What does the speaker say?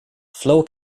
flow